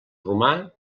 romà